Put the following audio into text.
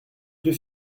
deux